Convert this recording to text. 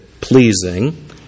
pleasing